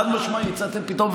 חד-משמעית, צריך לתת פתרון.